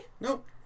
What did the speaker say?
Nope